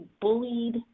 bullied